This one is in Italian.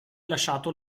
lasciato